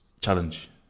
challenge